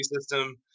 system